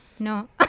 No